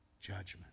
judgment